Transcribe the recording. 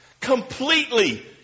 Completely